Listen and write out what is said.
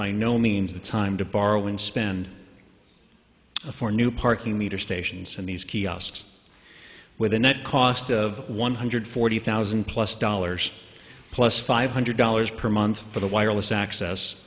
by no means the time to borrow and spend for new parking meter stations and these kiosks with a net cost of one hundred forty thousand plus dollars plus five hundred dollars per month for the wireless access